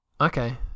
Okay